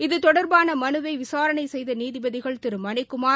இது தொடர்பான மனுவை விசாரணை செய்த நீதிபதிகள் திரு மணிக்குமார்